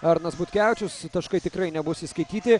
arnas butkevičius taškai tikrai nebus įskaityti